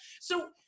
So-